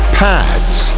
pads